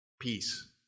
Peace